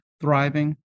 thriving